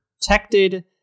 protected